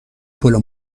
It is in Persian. پلو